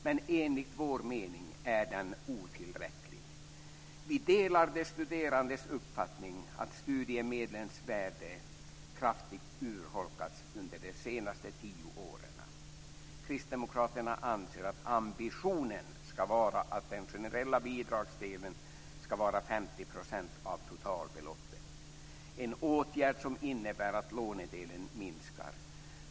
Men enligt vår mening är den otillräcklig. Vi delar de studerandes uppfattning att studiemedlens värde kraftigt urholkats under de senaste tio åren. Kristdemokraterna anser att ambitionen ska vara att den generella bidragsdelen ska vara 50 % av totalbeloppet, en åtgärd som innebär att lånedelen minskar.